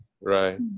Right